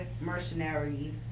mercenary